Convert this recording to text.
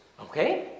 okay